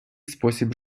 спосіб